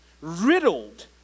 riddled